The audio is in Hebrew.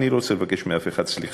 אני לא רוצה לבקש מאף אחד סליחה,